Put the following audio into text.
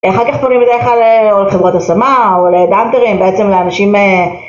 אחר כך פונים בדרך כלל או אל חברות השמה או לheadhunters, בעצם לאנשים...